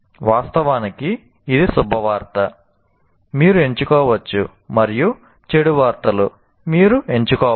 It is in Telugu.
వాస్తవానికి ఇది శుభవార్త మీరు ఎంచుకోవచ్చు మరియు చెడు వార్తలు మీరు ఎంచుకోవాలి